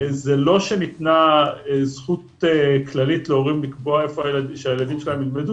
זה לא שניתנה זכות כללית להורים לקבוע איפה שהילדים שלהם ילמדו,